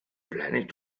planning